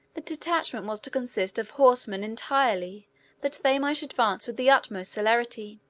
the detachment was to consist of horsemen entirely that they might advance with the utmost celerity.